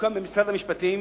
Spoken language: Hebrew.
שיוקם במשרד המשפטים,